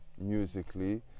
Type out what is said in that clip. musically